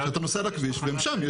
שאתה נוסע על הכביש והן שם,